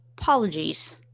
Apologies